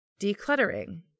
decluttering